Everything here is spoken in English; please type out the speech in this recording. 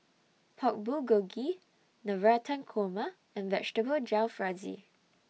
Pork Bulgogi Navratan Korma and Vegetable Jalfrezi